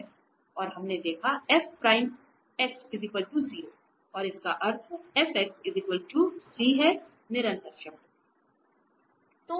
और हमने देखा कि इसका अर्थ F c है निरंतर शब्द